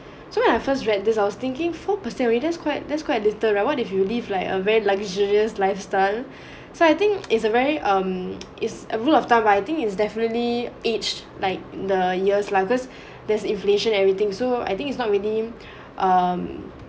so when I first read this I was thinking four percent that's quite that's quite little reward if you live like a very luxurious lifestyle so I think it's a very um it's a rule of thumb ah I think it's definitely aged like the year's life cause there's inflation everything so I think it's not really um